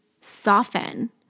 soften